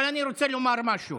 אבל אני רוצה לומר משהו: